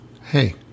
Hey